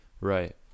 right